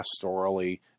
pastorally